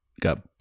got